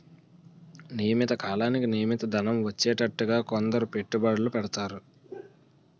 నియమిత కాలానికి నియమిత ధనం వచ్చేటట్టుగా కొందరు పెట్టుబడులు పెడతారు